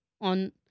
on